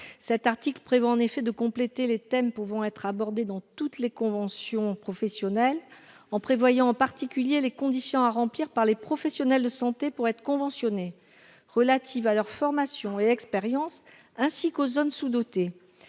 Cet article prévoit de compléter la liste des thèmes qui peuvent être abordés dans toutes les conventions professionnelles en y ajoutant en particulier « les conditions à remplir par les professionnels de santé pour être conventionnés, relatives à leur formation, à leur expérience et aux zones » sous-dotées,